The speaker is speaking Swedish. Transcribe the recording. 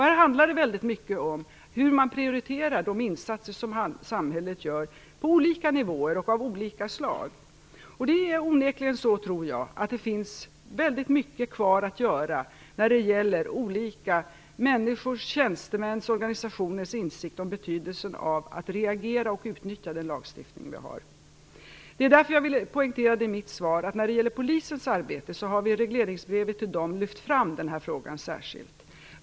Här handlar det väldigt mycket om hur man prioriterar de insatser som samhället gör på olika nivåer och av olika slag. Det är onekligen så, tror jag, att det finns mycket kvar att göra när det gäller olika människors, tjänstemäns och organisationers insikt om betydelsen av att reagera och utnyttja den lagstiftning vi har. Det är därför jag poängterade i mitt svar att när det gäller polisens arbete har vi lyft fram den här frågan särskilt i regleringsbrevet till dem.